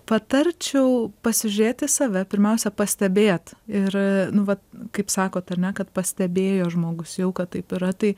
patarčiau pasižiūrėt į save pirmiausia pastebėt ir nu vat kaip sakot ane kad pastebėjo žmogus jau kad taip yra tai